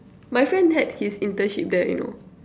my friend had his internship there you know